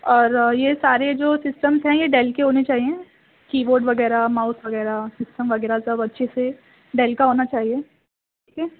اور یہ سارے جو سسٹمس ہیں یہ ڈیل کے ہونے چاہئیں کیببرڈ وغیرہ ماؤس وغیرہ سسٹم وغیرہ سب اچھے سے ڈیل کا ہونا چاہیے ٹھیک ہے